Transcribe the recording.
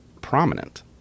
prominent